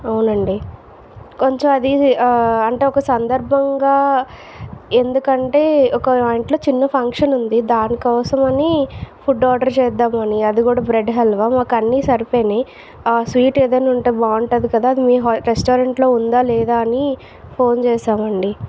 అవునండీ కొంచం అది అంటే ఒక సందర్భంగా ఎందుకంటే ఒక ఇంట్లో చిన్న ఫంక్షన్ ఉంది దాని కోసమని ఫుడ్ ఆర్డర్ చేద్దామని అది కూడా బ్రెడ్ హల్వా మాకు అన్నీ సరిపోయినాయి ఆ స్వీట్ ఏదైనా ఉంటే బాగుంటది కదా అది మీ హో రెస్టారెంట్లో ఉందా లేదా అని ఫోన్ చేశామండీ